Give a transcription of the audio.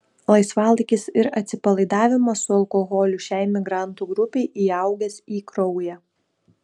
laisvalaikis ir atsipalaidavimas su alkoholiu šiai migrantų grupei įaugęs į kraują